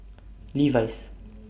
Levi's